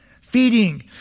Feeding